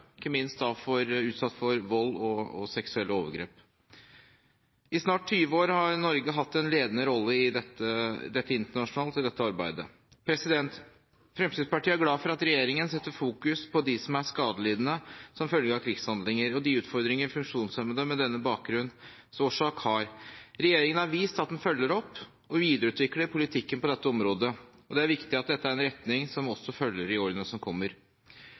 ikke minst utsatt for vold og seksuelle overgrep. I snart 20 år har Norge hatt en ledende rolle internasjonalt i dette arbeidet. Fremskrittspartiet er glad for at regjeringen setter fokus på dem som er skadelidende som følge av krigshandlinger, og de utfordringer funksjonshemmede med denne bakgrunnsårsak har. Regjeringen har vist at den følger opp og videreutvikler politikken på dette området. Det er viktig at dette er en retning som også følges i årene som kommer.